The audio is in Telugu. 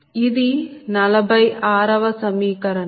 ఇది 46 వ సమీకరణం